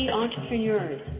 entrepreneurs